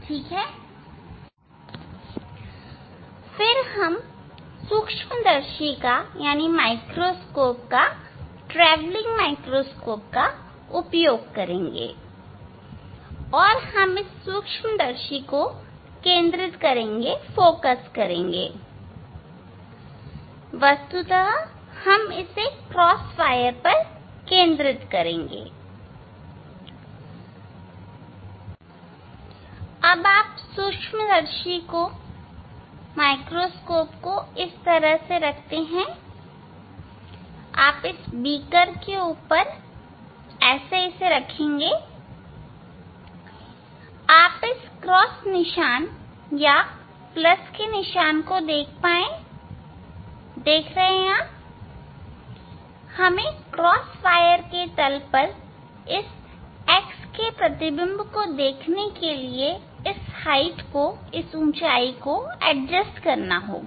ठीक है फिर हम सूक्ष्मदर्शी का उपयोग करेंगे ट्रैवलिंग सूक्ष्मदर्शी का और हम सूक्ष्मदर्शी को केंद्रित करेंगे वस्तुतः हम इसे क्रॉस वायर पर केंद्रित करेंगे तब आप इस तरह सूक्ष्मदर्शी को रखते हैं आप इस बीकर के ऊपर सूक्ष्मदर्शी को इस प्रकार रखते हैं कि आप इस क्रॉस निशान या प्लस निशान को देख पाए और हमें क्रॉस वायर के तल पर इस X के प्रतिबिंब को देखने के लिए ऊंचाई को एडजस्ट करना होगा